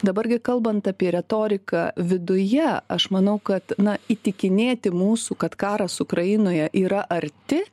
dabar gi kalbant apie retoriką viduje aš manau kad na įtikinėti mūsų kad karas ukrainoje yra arti